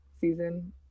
season